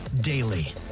daily